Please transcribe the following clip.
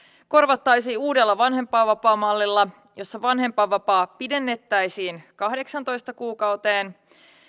korvattaisiin uudella vanhempainvapaamallilla jossa vanhempainvapaa pidennettäisiin kahdeksaantoista kuukauteen